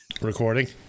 recording